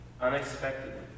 unexpectedly